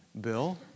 Bill